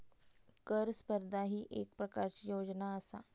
कर स्पर्धा ही येक प्रकारची योजना आसा